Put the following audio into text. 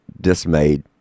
dismayed